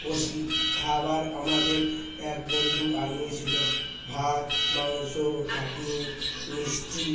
খাবার আমাদের এক বন্ধু আনিয়ে ছিল ভাত মাংস চাটনি মিষ্টি